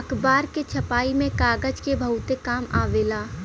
अखबार के छपाई में कागज के बहुते काम आवेला